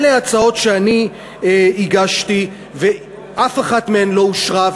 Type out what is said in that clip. אלה הצעות שאני הגשתי, ואף אחת מהן לא אושרה.